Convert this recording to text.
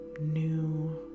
new